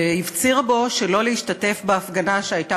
והפציר בו שלא להשתתף בהפגנה שהייתה